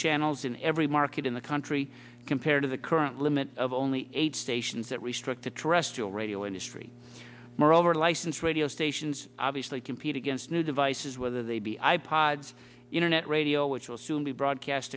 channels in every market in the country compared to the current limit of only eight stations that restrict a terrestrial radio industry moreover license radio stations obviously compete against new devices whether they be i pods internet radio which will soon be broadcast